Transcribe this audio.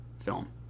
film